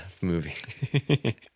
movie